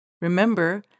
Remember